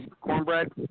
Cornbread